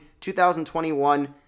2021